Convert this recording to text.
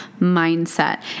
mindset